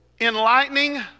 enlightening